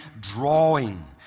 drawing